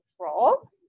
control